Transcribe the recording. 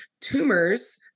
tumors